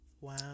Wow